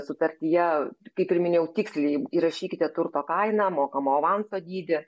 sutartyje kaip ir minėjau tiksliai įrašykite turto kainą mokamo avanso dydį